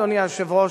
אדוני היושב-ראש,